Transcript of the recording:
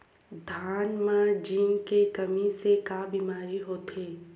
धान म जिंक के कमी से का बीमारी होथे?